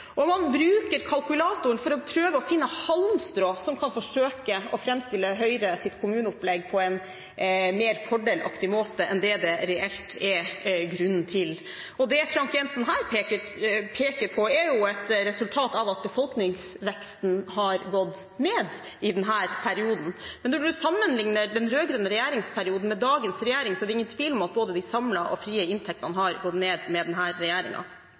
politikken. Man bruker kalkulatoren for å prøve å finne halmstrå som kan framstille Høyres kommuneopplegg på en mer fordelaktig måte enn det det reelt er grunn til. Det Frank J. Jenssen her peker på, er et resultat av at befolkningsveksten har gått ned i denne perioden. Når man sammenligner den rød-grønne regjeringsperioden med dagens regjering, er det ingen tvil om at både de samlede og de frie inntektene har gått ned under denne regjeringen. Det er vel også en årsak til at kommunene har økt eiendomsskatten med